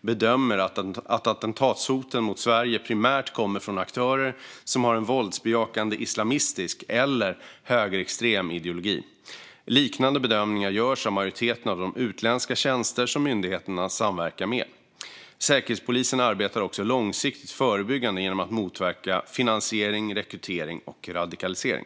bedömer att attentatshoten mot Sverige primärt kommer från aktörer som har en våldsbejakande islamistisk eller högerextrem ideologi. Liknande bedömningar görs av majoriteten av de utländska tjänster som myndigheterna samverkar med. Säkerhetspolisen arbetar också långsiktigt förebyggande genom att motverka finansiering, rekrytering och radikalisering.